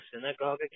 synagogue